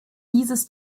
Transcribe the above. dieses